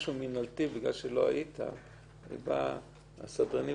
להמשיך ולחקור בגלל האינטרס של מיצוי ההליכים והבאת עבריינים